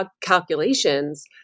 calculations